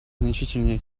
значительные